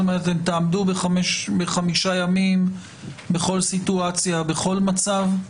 אתם תעמדו בחמישה ימים בכל סיטואציה ובכל מצב?